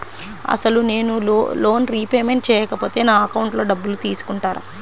అసలు నేనూ loan repayment చేయకపోతే నా అకౌంట్లో డబ్బులు తీసుకుంటారా?